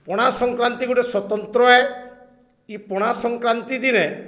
ପଣା ସଂଂକ୍ରାନ୍ତି ଗୋଟେ ସ୍ୱତନ୍ତ୍ର ଏ ଇ ପଣା ସଂକ୍ରାନ୍ତି ଦିନେ